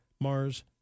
Mars